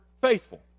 faithful